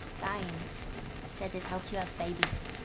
dying said it helps you have babies.